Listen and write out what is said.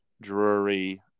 drury